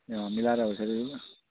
ए अँ मिलाएर हो यसरी